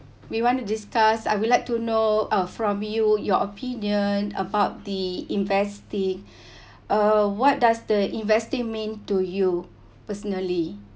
we want to discuss I would like to know uh from you your opinion about the investing uh what does the investing mean to you personally